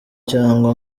cyangwa